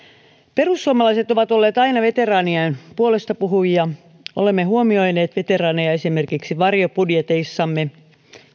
perussuomalaiset ovat olleet aina veteraanien puolestapuhujia olemme huomioineet veteraaneja esimerkiksi varjobudjeteissamme